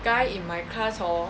guy in my class hor